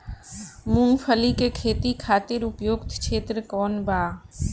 मूँगफली के खेती खातिर उपयुक्त क्षेत्र कौन वा?